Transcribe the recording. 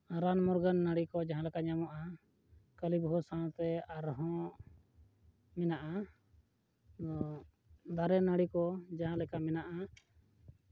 ᱨᱟᱱ ᱢᱩᱨᱜᱟᱹᱱ ᱱᱟᱹᱲᱤ ᱠᱚ ᱡᱟᱦᱟᱸ ᱞᱮᱠᱟ ᱧᱟᱢᱚᱜᱼᱟ ᱠᱟᱹᱞᱤ ᱵᱟᱹᱦᱩ ᱥᱟᱶᱛᱮ ᱟᱨᱦᱚᱸ ᱢᱮᱱᱟᱜᱼᱟ ᱫᱟᱨᱮᱼᱱᱟᱹᱲᱤ ᱠᱚ ᱡᱟᱦᱟᱸ ᱞᱮᱠᱟ ᱢᱮᱱᱟᱜᱼᱟ